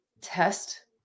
test